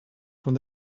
from